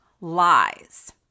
lies